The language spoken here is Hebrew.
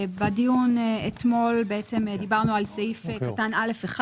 בדיון אתמול דיברנו על סעיף קטן (א1).